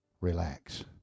relax